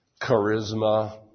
charisma